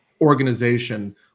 organization